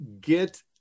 get